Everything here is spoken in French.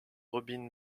robin